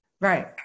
Right